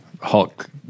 Hulk